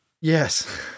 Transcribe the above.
Yes